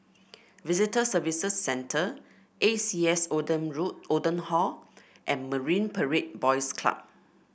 Visitor Services Centre A C S Oldham Road Oldham Hall and Marine Parade Boys Club